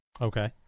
Okay